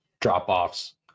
drop-offs